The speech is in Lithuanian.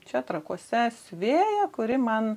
čia trakuose siuvėją kuri man